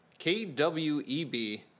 kweb